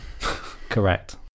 Correct